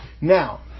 Now